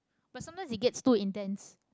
but sometimes it gets too intense